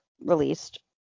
released